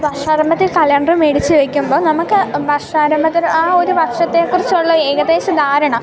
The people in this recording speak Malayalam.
വർഷാരംഭത്തിൽ കലണ്ടർ മേടിച്ച് വെക്കുമ്പോൾ നമുക്ക് വർഷാരംഭത്തിൽ ആ ഒരു വർഷത്തെക്കുറിച്ചുള്ള ഏകദേശ ധാരണ